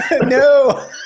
No